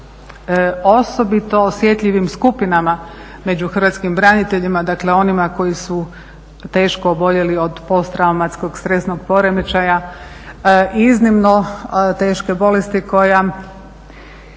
osobito osjetljivim skupinama među hrvatskim braniteljima, dakle onima koji su teško oboljeli od PTSP-a, iznimno teške bolesti koja